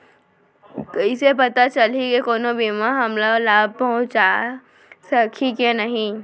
कइसे पता चलही के कोनो बीमा हमला लाभ पहूँचा सकही के नही